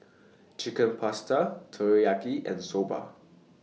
Chicken Pasta Teriyaki and Soba